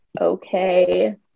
okay